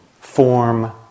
form